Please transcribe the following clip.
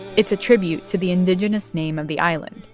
it's a tribute to the indigenous name of the island,